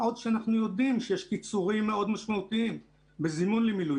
מה עוד שאנחנו יודעים שיש קיצורים מאוד משמעותיים בזימון למילואים,